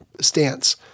stance